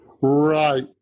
Right